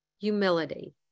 humility